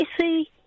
see